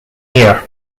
year